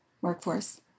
workforce